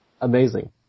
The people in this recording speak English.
Amazing